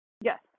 Yes